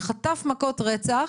שחטף מכות רצח,